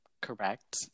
Correct